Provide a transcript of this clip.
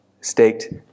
staked